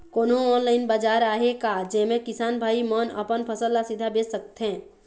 कोन्हो ऑनलाइन बाजार आहे का जेमे किसान भाई मन अपन फसल ला सीधा बेच सकथें?